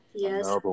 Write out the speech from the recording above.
Yes